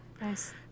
Nice